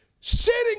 sitting